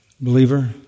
believer